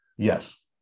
Yes